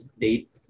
date